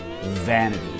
vanity